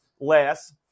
less